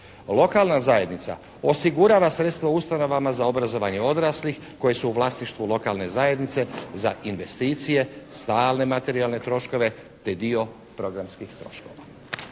Lokalna zajednica osigurava sredstva u ustanovama za obrazovanje odraslih koja su u vlasništvu lokalne zajednice za investicije, stalne materijalne troškove te dio programskih troškova.